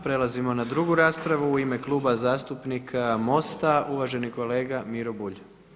Prelazimo na drugu raspravu u ime Kluba zastupnika MOST-a uvaženi kolege Miro Bulj.